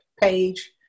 page